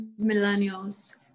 Millennials